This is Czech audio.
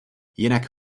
jinak